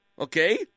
okay